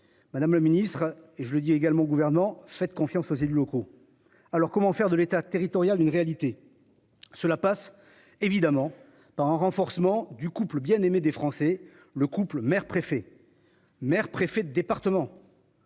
Madame le Ministre et je le dis également au gouvernement fait confiance aux élus locaux. Alors comment faire de l'État, territoriale, une réalité. Cela passe évidemment par un renforcement du couple bien aimé des Français. Le couple mère préfets maires, préfets de département.